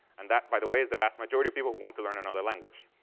and that, by the way, is the vast majority of people who want to learn another language.